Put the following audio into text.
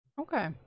Okay